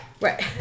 Right